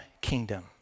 kingdom